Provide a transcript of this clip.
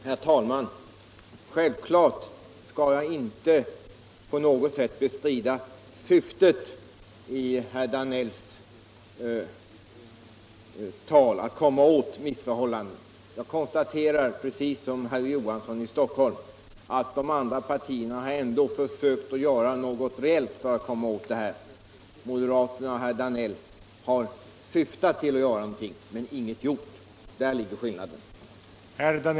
Herr talman! Självklart skall jag inte på något sätt bestrida syftet hos herr Danell: att komma åt missförhållanden. Jag konstaterar precis som herr Olof Johansson i Stockholm att de andra partierna ändå har försökt göra något reellt. Moderaterna syftar till att göra någonting men har ingenting gjort. Där ligger skillnaden.